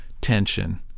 tension